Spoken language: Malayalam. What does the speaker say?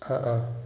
ആ ആ